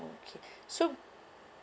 okay so